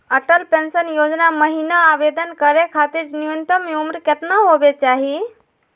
Atal pension Yojana महिना आवेदन करै खातिर न्युनतम उम्र केतना होवे चाही?